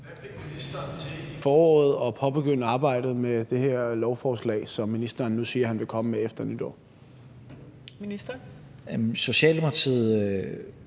Hvad fik ministeren til i foråret at påbegynde arbejdet med det her lovforslag, som ministeren nu siger han vil komme med efter nytår? Kl. 18:35 Fjerde